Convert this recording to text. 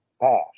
past